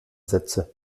sätze